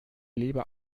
lieber